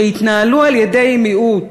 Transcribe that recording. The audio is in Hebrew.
שהתנהלו על-ידי מיעוט.